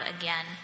again